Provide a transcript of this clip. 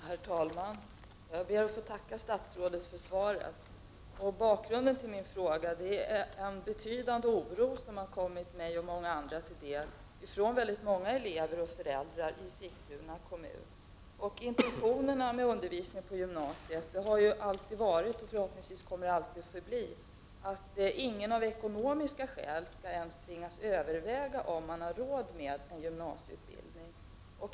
Herr talman! Jag ber att få tacka statsrådet för svaret. Bakgrunden till min fråga är en betydande oro som har kommit mig och många andra till del från väldigt många elever och föräldrar i Sigtuna kommun. Intentionerna när det gäller undervisningen på gymnasiet har alltid varit, och kommer förhoppningsvis alltid att förbli, att ingen av ekonomiska skäl skall tvingas överväga om han eller hon har råd med en gymnasieutbildning.